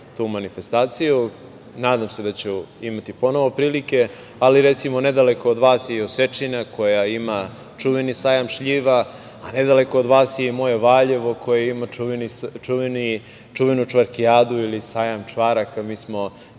tu manifestaciju. Nadam se da ću imati ponovo prilike, ali nedaleko od vas je i Osečina koja ima čuveni Sajam šljiva, a nedaleko od vas je i moje Valjevo koje ima čuvenu Čvarkijadu ili Sajam čvaraka. Mi smo